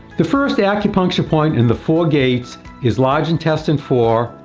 the first acupuncture point in the four gates is large intestine four,